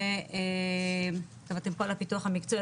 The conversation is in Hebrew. הפיתוח המקצועי,